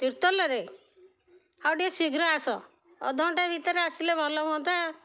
ତୀର୍ତୋଲରେ ହଉ ଟିକେ ଶୀଘ୍ର ଆସ ଅଧଘଣ୍ଟା ଭିତରେ ଆସିଲେ ଭଲ ହୁଅନ୍ତା